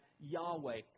Yahweh